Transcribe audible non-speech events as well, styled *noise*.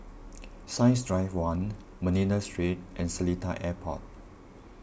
*noise* Science Drive one Manila Street and Seletar Airport